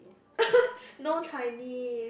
no Chinese